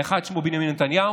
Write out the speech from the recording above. האחד שמו בנימין נתניהו,